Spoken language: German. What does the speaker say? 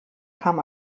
kam